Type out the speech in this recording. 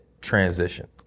transition